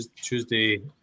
Tuesday